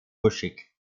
buschig